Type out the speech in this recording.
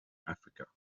africa